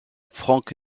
frank